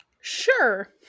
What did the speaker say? Sure